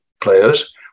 players